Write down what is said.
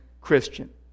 Christian